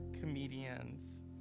comedians